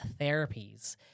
therapies